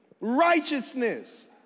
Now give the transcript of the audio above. Righteousness